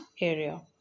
area